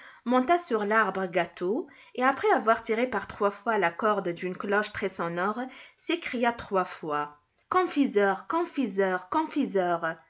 monta sur larbre gâteau et après avoir tiré par trois fois la corde d'une cloche très sonore s'écria trois fois confiseur confiseur confiseur